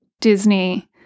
Disney